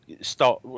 start